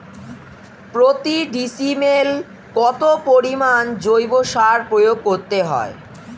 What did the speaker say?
প্রতি ডিসিমেলে কত পরিমাণ জৈব সার প্রয়োগ করতে হয়?